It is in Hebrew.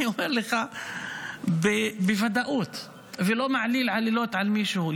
אני אומר לך בוודאות ולא מעליל עלילות על מישהו,